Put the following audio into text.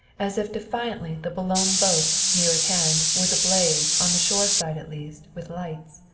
as if defiantly the boulogne boat, near at hand, was ablaze, on the shore side at least, with lights.